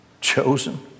chosen